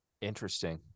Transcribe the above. Interesting